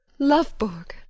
Lovborg